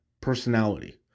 personality